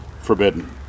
forbidden